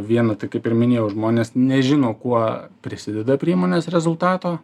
viena tai kaip ir minėjau žmonės nežino kuo prisideda prie įmonės rezultato